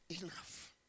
enough